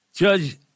Judge